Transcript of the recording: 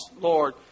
Lord